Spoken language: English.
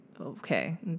okay